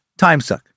timesuck